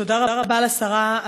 ותודה רבה לשרה,